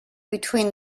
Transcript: between